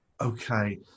Okay